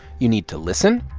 you need to listen,